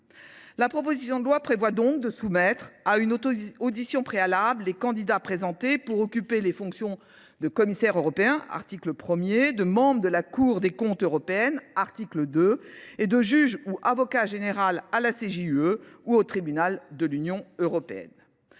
La proposition de loi prévoit donc de soumettre à une audition préalable les candidats pressentis pour occuper les fonctions de commissaire européen – c’est l’article 1 –, de membre de la Cour des comptes européenne – c’est l’article 2 – et de juge ou d’avocat général de la Cour de justice de l’Union européenne